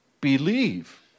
believe